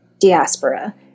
diaspora